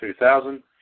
2000